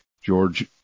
George –